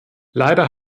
leider